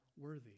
worthy